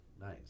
Nice